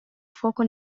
fuoco